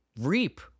reap